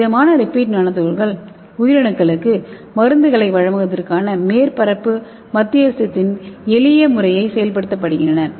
திடமான lipid nano துகள்கள் உயிரணுக்களுக்கு மருந்துகளை வழங்குவதற்கான மேற்பரப்பு மத்தியஸ்தத்தின் எளிய முறையை செயல்படுத்துகின்றன